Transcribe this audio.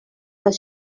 les